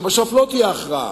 שבסוף לא תהיה הכרעה,